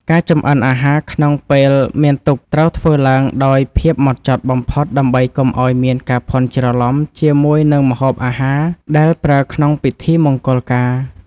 ការចម្អិនអាហារក្នុងពេលមានទុក្ខត្រូវធ្វើឡើងដោយភាពហ្មត់ចត់បំផុតដើម្បីកុំឱ្យមានការភាន់ច្រឡំជាមួយនឹងម្ហូបអាហារដែលប្រើក្នុងពិធីមង្គលការ។